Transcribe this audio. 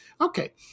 Okay